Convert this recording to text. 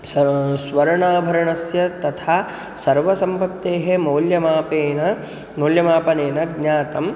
सः स्वरणाभरणस्य तथा सर्वसम्पत्तेः मौल्यमापनेन मौल्यमापनेन ज्ञातं